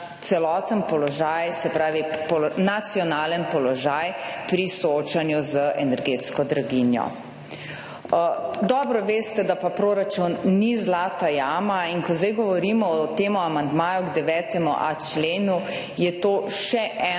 celoten položaj, se pravi, nacionalen položaj pri soočanju z energetsko draginjo. Dobro veste, da pa proračun ni zlata jama, in ko zdaj govorimo o temu amandmaju k 9.a členu, je to še eno